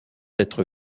être